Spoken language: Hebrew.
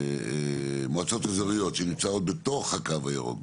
מועצות אזוריות שנמצאות בתוך הקו הירוק,